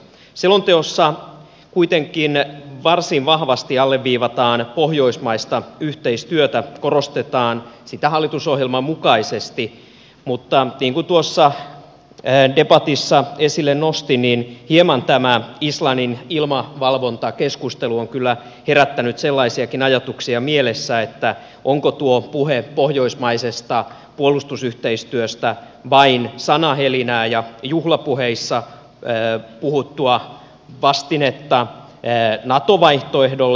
selonteossa kuitenkin varsin vahvasti alleviivataan pohjoismaista yhteistyötä korostetaan sitä hallitusohjelman mukaisesti mutta niin kuin tuossa debatissa esille nostin niin hieman tämä islannin ilmavalvonta keskustelu on kyllä herättänyt sellaisiakin ajatuksia mielessä että onko tuo puhe pohjoismaisesta puolustusyhteistyöstä vain sanahelinää ja juhlapuheissa puhuttua vastinetta nato vaihtoehdolle